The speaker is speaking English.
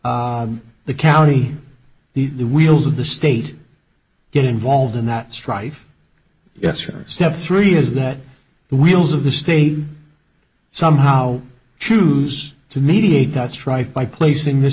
the county the wheels of the state get involved in that strife yes or step three is that wheels of the state somehow choose to mediate that strife by placing this